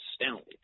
astounded